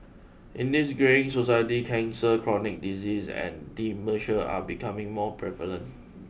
in this greying society cancer chronic disease and dementia are becoming more prevalent